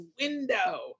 window